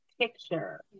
picture